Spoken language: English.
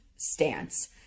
stance